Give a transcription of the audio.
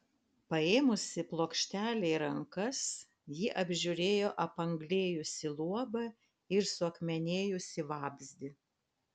paėmusi plokštelę į rankas ji apžiūrėjo apanglėjusį luobą ir suakmenėjusį vabzdį